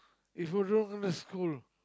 is Nurul going to school